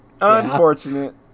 Unfortunate